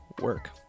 work